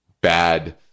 bad